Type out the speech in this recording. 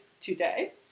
today